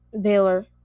Baylor